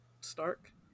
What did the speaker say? stark